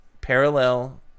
parallel